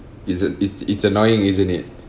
it's uh it's it's annoying isn't it